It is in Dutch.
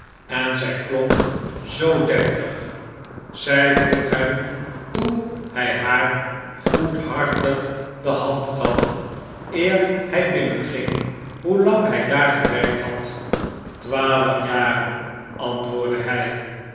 en zij klonk zoo deftig zij vroeg hem toen hij haar goedhartig de hand gaf eer hij binnenging hoelang hij daar gewerkt had twaalf jaren antwoordde hij